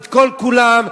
את כל-כולם,